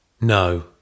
No